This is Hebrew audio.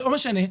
לא משנה,